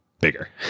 bigger